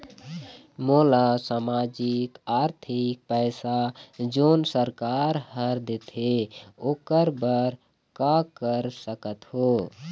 मोला सामाजिक आरथिक पैसा जोन सरकार हर देथे ओकर बर का कर सकत हो?